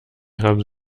haben